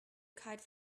kite